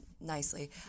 nicely